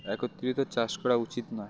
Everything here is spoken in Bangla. একত্রিত চাষ করা উচিত নয়